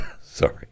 sorry